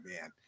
man